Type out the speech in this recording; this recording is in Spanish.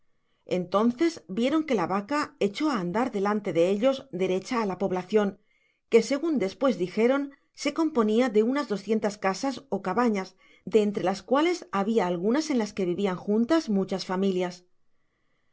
entonces vieron que la vaca echó á andar delante de ellos derecha á la poblacion que segun despues dijeron se componia de unas doscientas casas ó cabanas de entre las cuales habia algunas en las que vivian juntas muchas familias r